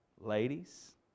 ladies